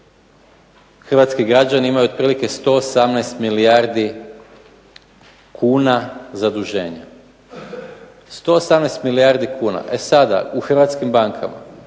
hrvatski građani imaju otprilike 118 milijardi kuna zaduženja. E sada u hrvatskim bankama,